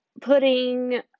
putting